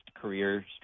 career